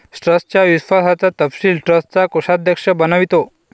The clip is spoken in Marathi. ट्रस्टच्या विश्वासाचा तपशील ट्रस्टचा कोषाध्यक्ष बनवितो